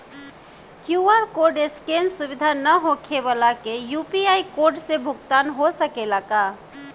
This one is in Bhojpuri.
क्यू.आर कोड स्केन सुविधा ना होखे वाला के यू.पी.आई कोड से भुगतान हो सकेला का?